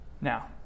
now